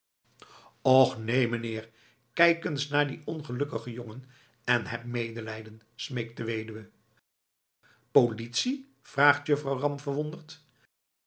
och neen meneer kijk eens naar dien ongelukkigen jongen en heb medelijden smeekt de weduwe politie vraagt juffrouw ram verwonderd